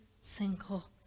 single